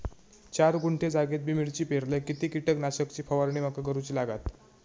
चार गुंठे जागेत मी मिरची पेरलय किती कीटक नाशक ची फवारणी माका करूची लागात?